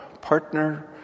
partner